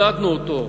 עודדנו אותו,